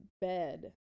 bed